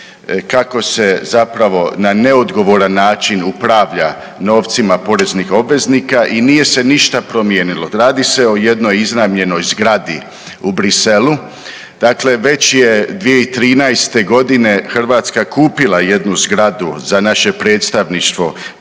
kako se zapravo na neodgovoran način upravlja novcima poreznih obveznika i nije se ništa promijenilo. Radi se o jednoj iznajmljenoj zgradi u Bruxellesu, dakle već je 2013.g. Hrvatska kupila jednu zgradu za naše predstavništvo